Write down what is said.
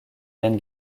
ian